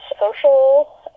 social